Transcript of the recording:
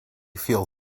feel